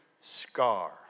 scar